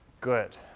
Good